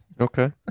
Okay